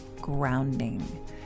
grounding